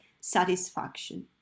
satisfaction